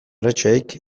haiek